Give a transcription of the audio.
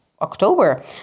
october